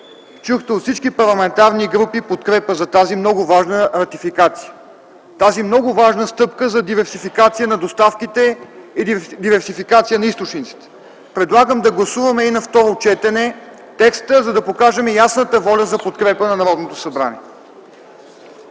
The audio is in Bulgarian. Чухте от всички парламентарни групи подкрепа за тази много важна ратификация – тази много важна стъпка за диверсификация на доставките и диверсификация на източниците. Предлагам да гласуваме текста и на второ четене, за да покажем ясната воля за подкрепа на Народното събрание.